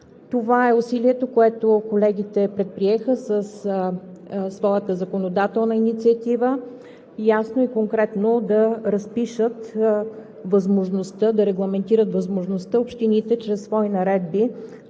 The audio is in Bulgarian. Това е усилието, което колегите предприеха със своята законодателна инициатива – ясно и конкретно да регламентират възможността общините чрез свои наредби